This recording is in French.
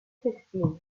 kristin